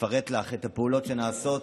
שיפרט לך את הפעולות שנעשות